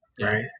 Right